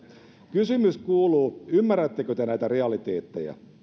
kysymys kuuluu ymmärrättekö te näitä realiteetteja